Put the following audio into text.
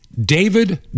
David